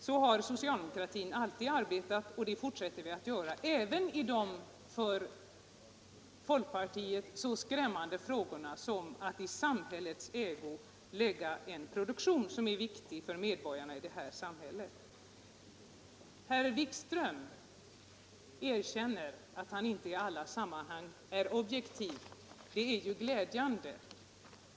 Så har socialdemokratin alltid arbetat och det fortsätter vi att göra även i de för folkpartiet så skrämmande frågorna som att i samhällets ägo lägga en produktion som är viktig för medborgarna i vårt samhälle. Herr Wikström erkänner att han inte i alla sammanhang är objektiv. Det är glädjande.